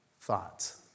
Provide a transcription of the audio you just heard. thoughts